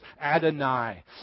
Adonai